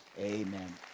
amen